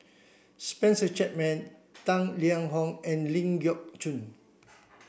Spencer Chapman Tang Liang Hong and Ling Geok Choon